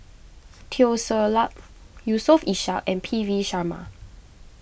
Teo Ser Luck Yusof Ishak and P V Sharma